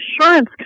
insurance